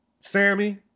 Sammy